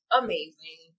amazing